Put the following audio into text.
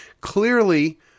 clearly